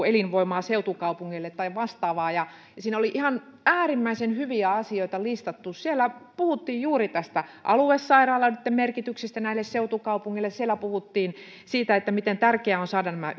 elinvoimaa seutukaupungeille tai vastaava ja siinä oli ihan äärimmäisen hyviä asioita listattu siellä puhuttiin juuri tästä aluesairaaloitten merkityksestä näille seutukaupungeilla siellä puhuttiin siitä miten tärkeää on saada nämä